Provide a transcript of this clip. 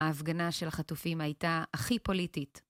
ההפגנה של החטופים הייתה הכי פוליטית.